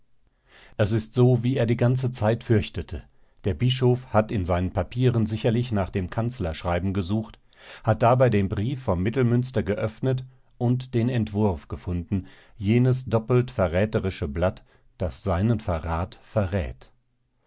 es ist so wie er die ganze zeit fürchtete der bischof hat in seinen papieren sicherlich nach dem kanzlerschreiben gesucht hat dabei den brief vom mittelmünster geöffnet und den entwurf gefunden jenes doppelt verräterische blatt das seinen verrat verrät